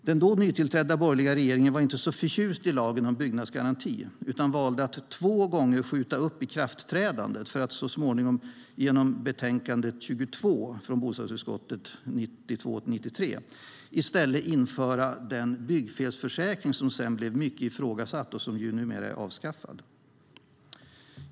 Den då nytillträdda borgerliga regeringen var inte så förtjust i lagen om byggnadsgaranti utan valde att två gånger skjuta upp ikraftträdandet för att så småningom genom betänkande 1992/93:BoU22 från bostadsutskottet i stället införa den byggfelsförsäkring som sedan blev mycket ifrågasatt och som numera är avskaffad.